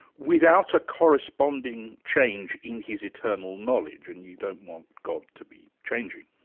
without a corresponding change in his eternal knowledge. and you don't want god to be changing.